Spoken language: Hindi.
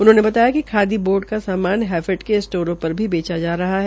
उन्होंने बताया कि खादी बोर्ड का सामान हैफेड के स्टोरों पर भी बेचा जा रहा है